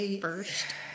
first